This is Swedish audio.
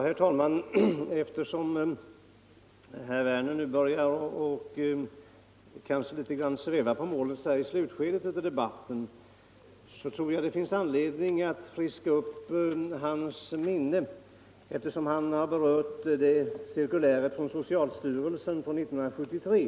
Herr talman! Eftersom herr Werner i Malmö börjar sväva på målet så här i slutskedet av debatten tror jag det finns anledning att friska upp hans minne. Han berörde cirkuläret från socialstyrelsen 1973.